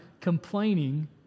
complaining